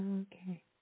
okay